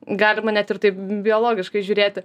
galima net ir taip biologiškai žiūrėti